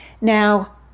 Now